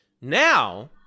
Now